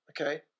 okay